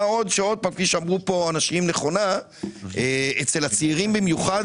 מה עוד שכפי שאמרו כאן אנשים נכונה אצל הצעירים במיוחד